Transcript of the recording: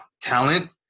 talent